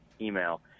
email